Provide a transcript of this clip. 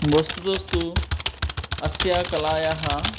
वस्तुतस्तु अस्याः कलायाः